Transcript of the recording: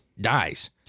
dies